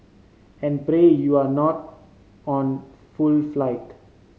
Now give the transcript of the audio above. and pray you're not on full flight